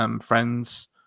friends